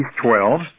twelve